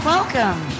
Welcome